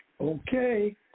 Okay